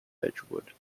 edgewood